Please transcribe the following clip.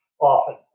often